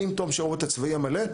ועם תום השירות הצבאי המלא,